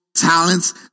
Talents